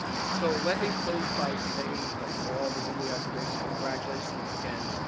so let me close by saying that to all the newly-elected mayors, congratulations again,